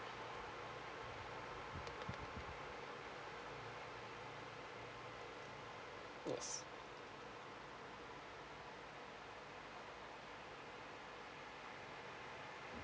yes